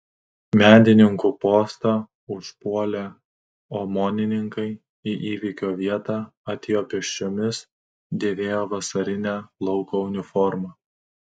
medininkų postą užpuolę omonininkai į įvykio vietą atėjo pėsčiomis dėvėjo vasarinę lauko uniformą